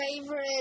favorite